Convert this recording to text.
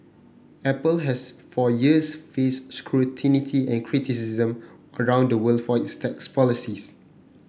apple has for years faced scrutiny and criticism around the world for its tax policies